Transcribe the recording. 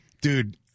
Dude